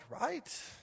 right